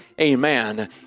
Amen